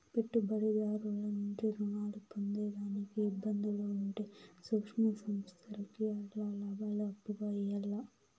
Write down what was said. పెట్టుబడిదారుల నుంచి రుణాలు పొందేదానికి ఇబ్బందులు ఉంటే సూక్ష్మ సంస్థల్కి ఆల్ల లాబాలు అప్పుగా ఇయ్యాల్ల